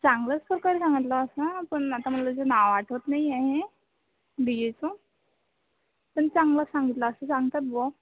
चांगलंच तर करता म्हटलं असं पण आता मला त्या नाव आठवत नाही आहे डीजेचं पण चांगलं सांगितलं असं सांगतात बुवा